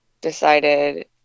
decided